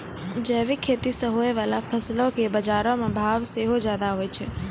जैविक खेती से होय बाला फसलो के बजारो मे भाव सेहो ज्यादा होय छै